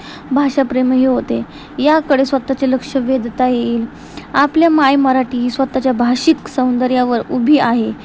भाषाप्रेमही होते याकडे स्वतःचे लक्ष वेधता येईल आपली माय मराठी ही स्वतःच्या भाषिक सौंदर्यावर उभी आहे